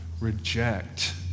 reject